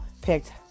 picked